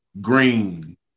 Green